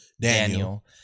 Daniel